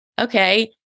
Okay